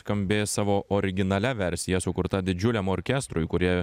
skambės savo originalia versija sukurta didžiuliam orkestrui kuri